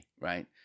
right